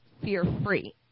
fear-free